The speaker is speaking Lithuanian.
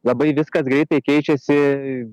labai viskas greitai keičiasi